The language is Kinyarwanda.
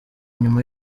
nyuma